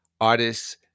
artists